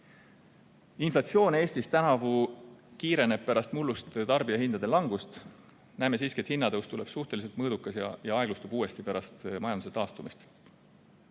Inflatsioon Eestis tänavu kiireneb pärast mullust tarbijahindade langust. Näeme siiski, et hinnatõus tuleb suhteliselt mõõdukas ja aeglustub uuesti pärast majanduse taastumist.